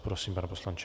Prosím, pane poslanče.